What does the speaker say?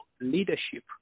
leadership